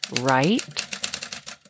Right